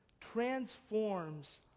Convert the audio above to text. transforms